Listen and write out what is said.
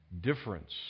difference